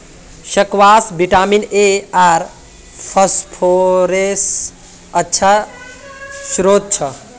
squash vitamin A आर फस्फोरसेर अच्छा श्रोत छ